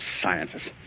scientists